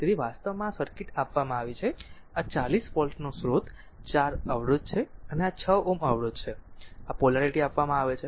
તેથી વાસ્તવમાં આ સર્કિટ આપવામાં આવી છે આ 40 વોલ્ટનો સ્રોત 4 અવરોધ છે અને આ 6 Ω અવરોધ છે આ પોલારીટી આપવામાં આવે છે